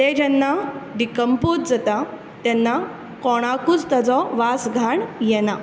तें जेन्ना डिकम्पोज जाता तेन्ना कोणाकूच ताजो वास घाण येना